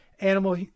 Animal